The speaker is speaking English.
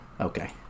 okay